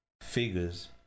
figures